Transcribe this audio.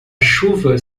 chuva